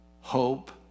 hope